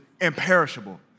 imperishable